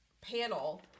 panel